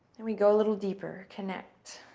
and we go a little deeper, connect.